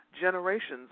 generations